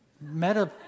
meta